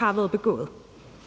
er blevet begået.